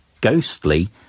ghostly